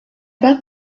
pas